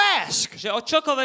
ask